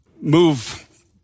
move